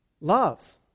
Love